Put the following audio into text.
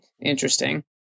Interesting